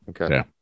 Okay